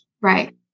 Right